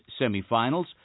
semifinals